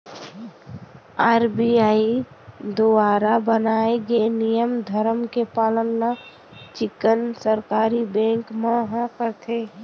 RBI दुवारा बनाए गे नियम धरम के पालन ल चिक्कन सरकारी बेंक मन ह करथे